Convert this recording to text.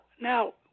now